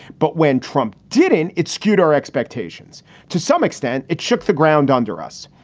but when trump did in it skewed our expectations to some extent, it shook the ground under us,